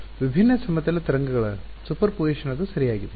ವಿಭಿನ್ನ ಸಮತಲ ತರಂಗಗಳ ಸೂಪರ್ಪೋಸಿಷನ್ ಅದು ಸರಿಯಾಗಿದೆ